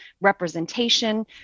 representation